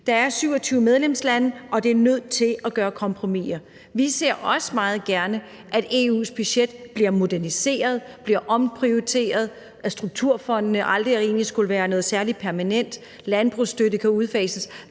Der er 27 medlemslande, og de er nødt til at gøre kompromisser. Vi ser også meget gerne, at EU's budget bliver moderniseret, bliver omprioriteret, at strukturfondene egentlig aldrig skulle være noget særlig permanent, og at landbrugsstøtte kan udfases.